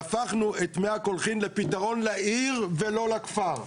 והפכנו את מי הקולחין לפתרון לעיר ולא לכפר.